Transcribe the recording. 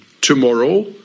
tomorrow